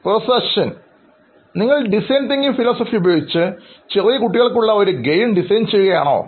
professor Ashwin നിങ്ങൾ design thinking philosophy ഉപയോഗിച്ച് ചെറിയ കുട്ടികൾക്കുള്ള ഒരു ഗെയിം ഡിസൈൻ ചെയ്യുകയാണോ